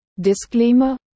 disclaimer